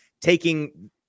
taking